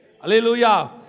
Hallelujah